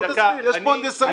בוא תסביר, יש פה הנדסאים.